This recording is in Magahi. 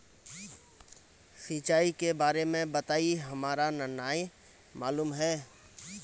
सिंचाई के बारे में बताई हमरा नय मालूम है?